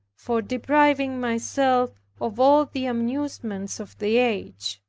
for depriving myself of all the amusements of the age.